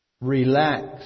relax